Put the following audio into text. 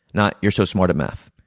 not, you're so smart at math.